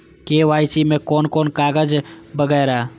KYC में कोन कोन कागज वगैरा?